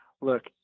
look